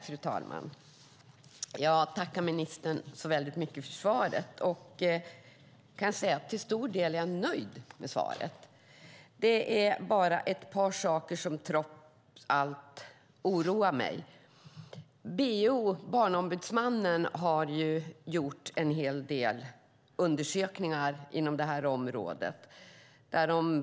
Fru talman! Jag tackar ministern så mycket för svaret. Till stor del är jag nöjd med svaret. Det är bara ett par saker som trots allt oroar mig. BO, Barnombudsmannen, har gjort en hel del undersökningar inom detta område.